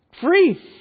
free